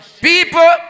People